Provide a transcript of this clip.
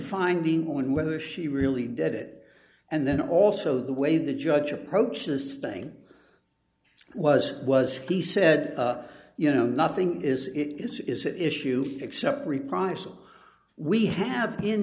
find the one whether she really did it and then also the way the judge approaches thing was was he said you know nothing is it is is it issue except reprisal we have